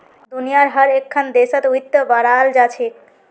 दुनियार हर एकखन देशत वित्त पढ़ाल जा छेक